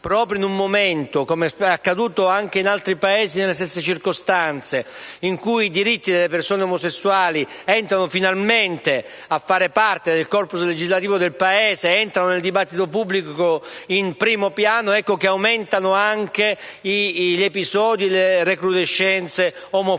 proprio in un momento, come è accaduto anche in altri Paesi nelle stesse circostanze, in cui i diritti delle persone omosessuali entrano finalmente a fare parte del corpo legislativo del Paese, entrano nel dibattito pubblico in primo piano, ecco che aumentano anche gli episodi e le recrudescenza omofobiche.